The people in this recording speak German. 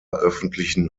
öffentlichen